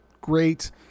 great